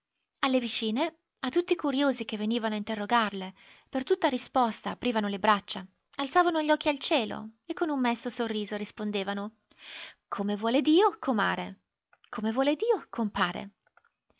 alle vicine a tutti i curiosi che venivano a interrogarle per tutta risposta aprivano le braccia alzavano gli occhi al cielo e con un mesto sorriso rispondevano come vuole dio comare come vuole dio compare